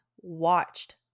watched